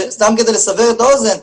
סתם כדי לסבר את האוזן,